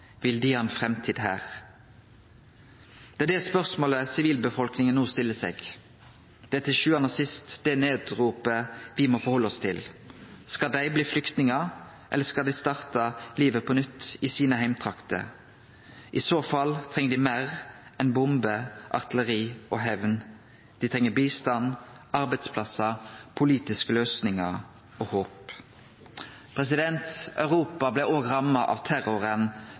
vil dei ha ei framtid her? Det er det spørsmålet sivilbefolkninga no stiller seg. Det er til sjuande og sist det naudropet dei må hanskast med. Skal dei bli flyktningar – eller skal dei starte livet på nytt i heimtraktene sine? I så fall treng dei meir enn bomber, artilleri og hemn; dei treng bistand, arbeidsplassar, politiske løysingar og håp. Europa blei òg ramma av terroren